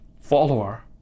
follower